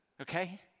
okay